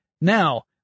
Now